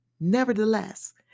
Nevertheless